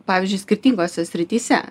pavyzdžiui skirtingose srityse